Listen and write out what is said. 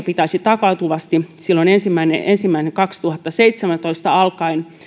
pitäisi takautuvasti silloin ensimmäinen ensimmäistä kaksituhattaseitsemäntoista alkaen